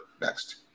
next